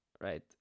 right